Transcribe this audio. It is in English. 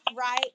right